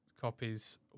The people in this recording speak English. copies